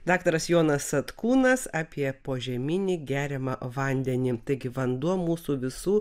daktaras jonas satkūnas apie požeminį geriamą vandenį taigi vanduo mūsų visų